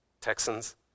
Texans